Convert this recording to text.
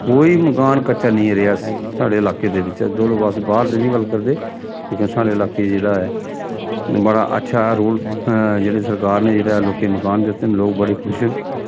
कोई मकान कच्चा नेईं रेहा साढ़े इलाके दे बिच्च चलो अस बाह्र दी निं गल्ल करदे लेकन साढ़े इलाके च जेह्ड़ा ऐ बड़ा अच्छा रोल जेह्ड़ी सरकार ने जेह्ड़ा लोकें गी मकान दित्ते न लोक बड़े खुश न